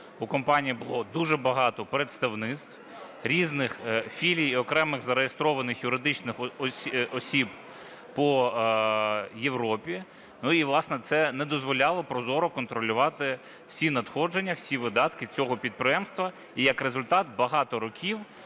у компанії було дуже багато представництв, різних філій і окремих зареєстрованих юридичних осіб по Європі. Ну і, власне, це не дозволяло прозоро контролювати всі надходження, всі видатки цього підприємства. І як результат, багато років